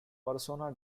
persona